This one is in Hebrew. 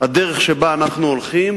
הדרך שבה אנו הולכים